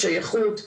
שייכות,